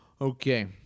Okay